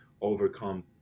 overcome